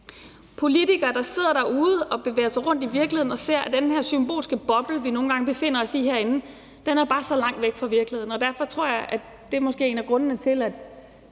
partier – der sidder derude og bevæger sig rundt i virkeligheden og ser, at den her symbolske boble, vi nogle gange befinder os i herinde, bare er så langt væk fra virkeligheden. Jeg tror, at det måske er en af grundene til, at,